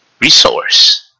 Resource